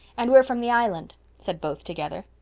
and we're from the island, said both together.